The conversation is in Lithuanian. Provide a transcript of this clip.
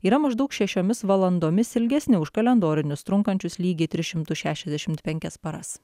yra maždaug šešiomis valandomis ilgesnė už kalendorinius trunkančius lygiai tris šimtus šešiasdešimt penkias paras